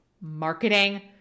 marketing